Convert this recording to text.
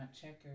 checkers